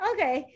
Okay